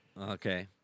Okay